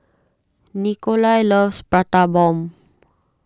Nikolai loves Prata Bomb